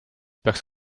peaks